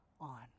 on